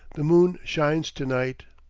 the moon shines to-night.